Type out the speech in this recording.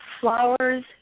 flowers